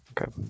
Okay